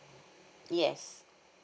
yes